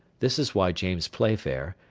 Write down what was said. this is why james playfair,